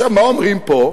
מה אומרים פה?